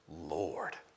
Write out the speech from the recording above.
Lord